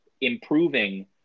improving